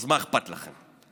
אז מה אכפת לכם.